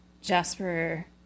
Jasper